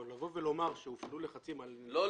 אבל לומר שהופעלו לחצים על הציבור --- לא,